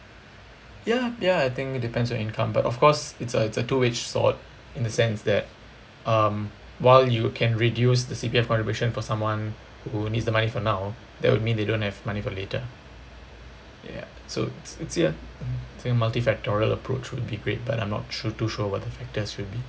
ya ya I think it depends on income but of course it's a it's a two-way sword in the sense that um while you can reduce the C_P_F contribution for someone who needs the money for now that would mean they don't have money for later ya so it's it's ya multi-factorial approach would be great but I'm sure not too sure what the factors would be